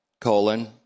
colon